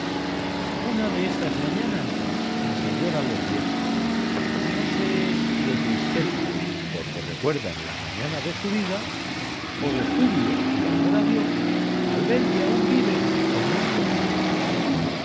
una de esas mañanas en que lloran los viejos no sé si de tristeza porque recuerdan la mañana de su vida o de júbilo y amor a dios al ver que aún viven en mundo tan hermoso